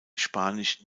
spanisch